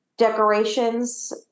decorations